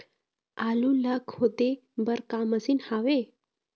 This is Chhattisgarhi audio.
आलू ला खोदे बर का मशीन हावे?